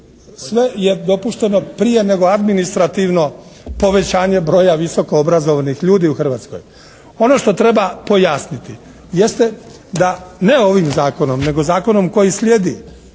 sve je dopušteno prije nego administrativno povećanje broja visoko obrazovnih ljudi u Hrvatskoj. Ono što treba pojasniti jeste da ne ovim zakonom, nego zakonom koji sljedi,